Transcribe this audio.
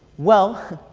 well.